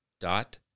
dot